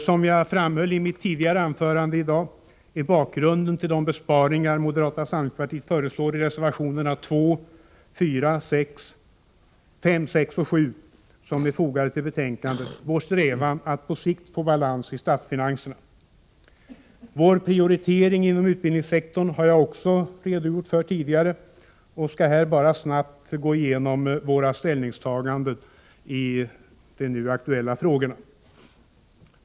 Som jag framhöll i mitt tidigare anförande i dag är bakgrunden till de besparingar moderata samlingspartiet föreslår i reservationerna 2,4, 5, 6 och 7, som är fogade till betänkandet, vår strävan att på sikt få balans i statsfinanserna. Vår prioritering inom utbildningssektorn har jag också redogjort för tidigare och skall här bara snabbt gå igenom våra ställningstaganden i de nu aktuella frågorna.